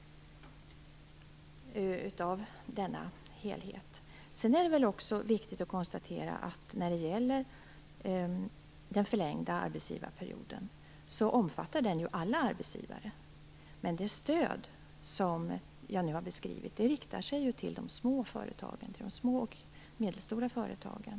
Sedan är det också viktigt att konstatera att den förlängda arbetsgivarperioden omfattar alla arbetsgivare. Men det stöd som jag nu har beskrivit riktar sig till de små och medelstora företagen.